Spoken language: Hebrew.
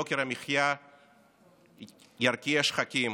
יוקר המחיה ירקיע שחקים,